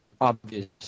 obvious